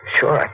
sure